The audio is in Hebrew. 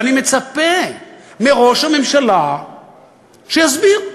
ואני מצפה מראש הממשלה שיסביר.